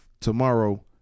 tomorrow